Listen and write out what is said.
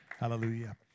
Hallelujah